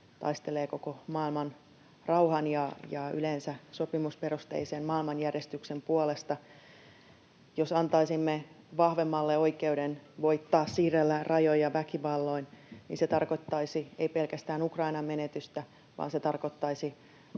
taistelee koko maailman rauhan ja yleensä sopimusperusteisen maailmanjärjestyksen puolesta. Jos antaisimme vahvemmalle oikeuden voittaa, siirrellä rajoja väkivalloin, niin se ei tarkoittaisi pelkästään Ukrainan menetystä, vaan se tarkoittaisi